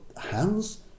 hands